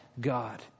God